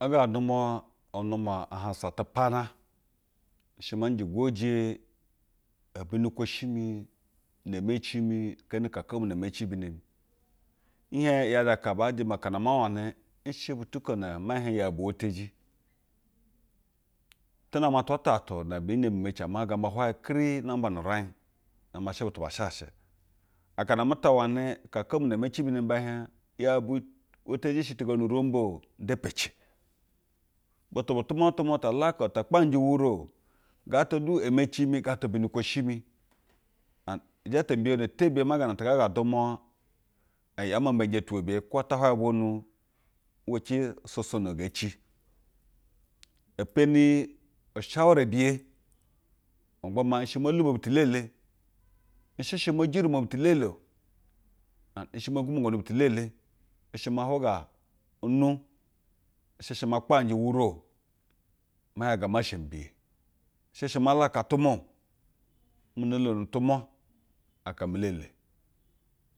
Abga dumwa n-duma a hansa a tupana. Henshi maa nje girje ogwunu ksoahi mu, ne emeci mi keeni kaka mu na meci bino mi nhiej yajɛ akana baa jeme kana ama wane. Nshɛ butu bu ko name hiej yɛu bu wɛtaji. Tɛ name atwa atatu ne bine mi meci ama gamba atatu ne bine mi meci ama gamba hwayɛ kiri nmamba nu uraij. Gamba nshe bu ba asheshe akan amu ta wane, ukaka mu na meci bino mi bee hiej, yeu bu wetaji yeshɛ tega nu-urombwo nda pece. Butu bu tumwane litu mwa ya laka o. Ta kpaje uwuru o. Gaa ta du emeci mi, gaa ta du ugwu nukwoshi mi. And ijetɛ mbiyono tebiye ma gaa na tengaa ga dumwa. ɛɛ meme nje tuwebiya kwo hwayɛ bwonu uwa ci usoso na ngee ci. E peni ushawuro biye ma gba ma nshe mo lubo butu elele. Nshe she mo jirimo butu elele o. And nshɛ mo gwumongonu butu she ma kpa gjɛ uwuru o. Ma yaga ma sha mi biye. Nshe she ma laka utumwa mu no tono utumwa aka me elele.